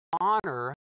honor